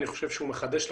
אני חושב שהוא מחדש לנו,